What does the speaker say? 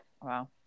Wow